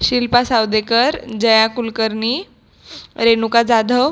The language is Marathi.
शिल्पा सावदेकर जया कुलकर्णी रेणुका जाधव